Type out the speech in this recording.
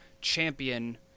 champion